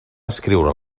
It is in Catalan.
escriure